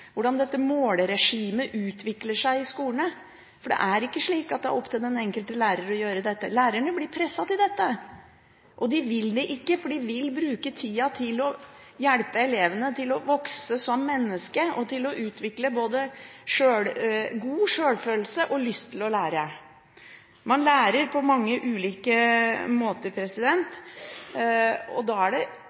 hvordan dette måleregimet utvikler seg i skolene. Det er ikke slik at det er opp til den enkelte lærer å gjøre dette. Lærerne blir presset til det, de vil det ikke, for de vil bruke tida til å hjelpe elevene til å vokse som mennesker og til å utvikle både god sjølfølelse og lyst til å lære. Man lærer på mange ulike måter, og da er det